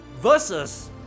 versus